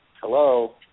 Hello